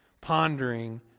pondering